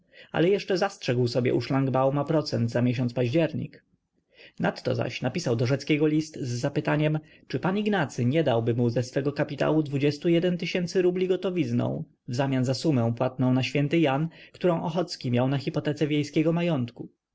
ale jeszcze zastrzegł sobie u szlangbauma procent za miesiąc październik nadto zaś napisał do rzeckiego list z zapytaniem czy pan ignacy nie dałby mu ze swego kapitału dwudziestu jeden tysięcy rubli gotowizną wzamian za sumę płatną na ś-ty jan którą ochocki miał na hipotece wiejskiego majątku